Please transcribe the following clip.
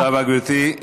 תודה רבה, גברתי.